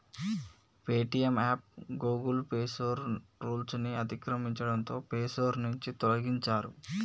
Paytm app Google play store rules ని అతిక్రమించడంతో play store నుంచి తొలగించారు